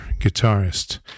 guitarist